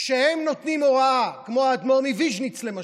כשהם נותנים הוראה, כמו האדמו"ר מוויז'ניץ, למשל,